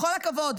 בכל הכבוד,